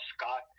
Scott